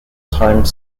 time